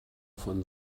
von